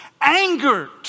Angered